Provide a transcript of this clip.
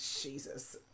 Jesus